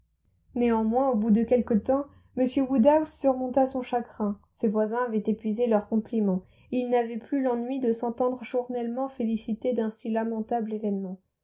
néanmoins au bout de quelque temps m woodhouse surmonta son chagrin ses voisins avaient épuisé leurs compliments et il n'avait plus l'ennui de s'entendre journellement féliciter d'un si lamentable événement